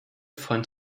von